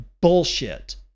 bullshit